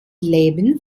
leben